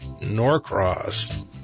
Norcross